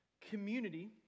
community